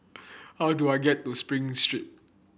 how do I get to Spring Street